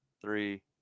three